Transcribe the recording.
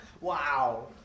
wow